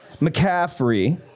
mccaffrey